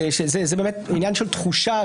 רק עניין של תחושה,